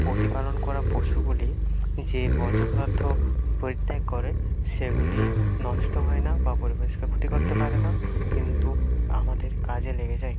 প্রতিপালন করা পশুগুলি যে বর্জ্য পদার্থ পরিত্যাগ করে সেগুলি নষ্ট হয় না বা পরিবেশকে ক্ষতি করতে পারে না কিন্তু আমাদের কাজে লেগে যায়